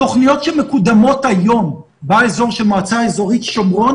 התוכניות שמקודמות היום באזור של המועצה האזורית שומרון